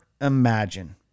imagine